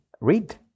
read